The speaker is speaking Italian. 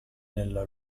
nella